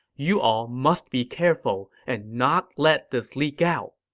you all must be careful and not let this leak out.